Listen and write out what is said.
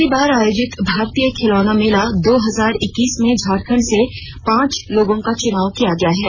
पहली बार आयोजित भारतीय खिलौना मेला दो हजार इक्कीस में झारखंड से पांच लोगों का चुनाव किया गया है